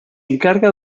encarga